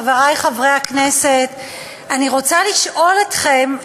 חברי חברי הכנסת, אני רוצה לשאול אתכם,